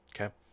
Okay